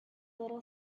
little